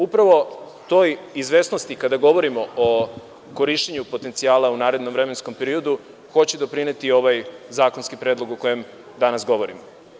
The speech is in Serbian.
Upravo toj izvesnosti, kada govorimo o korišćenju potencijala u narednom vremenskom periodu, hoće doprineti ovaj zakonski predlog o kojem danas govorimo.